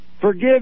Forgive